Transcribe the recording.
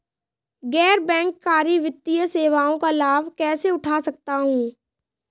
गैर बैंककारी वित्तीय सेवाओं का लाभ कैसे उठा सकता हूँ?